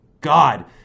God